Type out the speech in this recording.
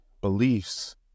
beliefs